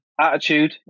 Attitude